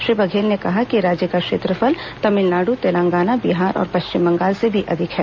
श्री बघेल ने कहा कि राज्य का क्षेत्रफल तमिलनाडु तेलंगाना बिहार और पश्चिम बंगाल से भी अधिक है